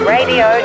Radio